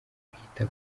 kwita